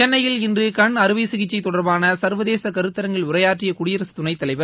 சென்னையில் இன்று கண் அறுவை சிகிச்சை தொடர்பான சர்வதேச கருத்தரங்கில் உரையாற்றிய குடியரசு துணைத்தலைவர்